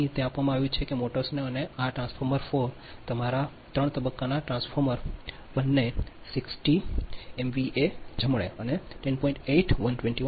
અહીં તે આપવામાં આવ્યું છે કે મોટર્સને આ અને આ ટ્રાન્સફોર્મર્સ ફોર તમારા ત્રણ તબક્કાના ટ્રાન્સફોર્મર્સ બંને 60 એમવીએ જમણે અને 10